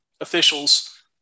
officials